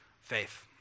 Faith